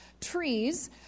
trees